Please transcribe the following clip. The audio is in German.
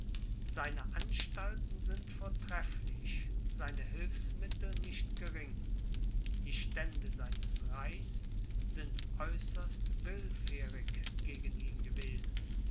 seine anstalten sind vortrefflich seine hilfsmittel nicht gering die stände seines reichs sind äußerst willfährig gegen ihn gewesen